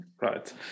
Right